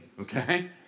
okay